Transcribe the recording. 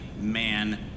man